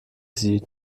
sie